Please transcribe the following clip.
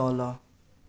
तल